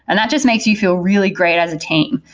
and that just makes you feel really great as a team,